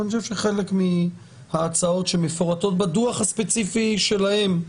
ואני חושב שחלק מההצעות שמפורטות בדוח הספציפי שלהם,